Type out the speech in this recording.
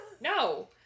No